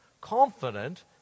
confident